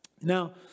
Now